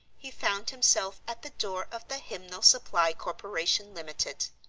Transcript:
he found himself at the door of the hymnal supply corporation, limited.